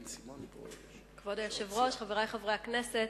כבוד היושב-ראש, חברי חברי הכנסת,